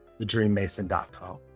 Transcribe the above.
thedreammason.com